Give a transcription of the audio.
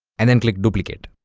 and then click duplicate